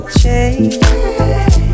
change